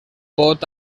pot